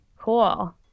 Cool